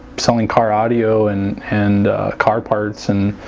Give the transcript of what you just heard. selling car audio and and car parts and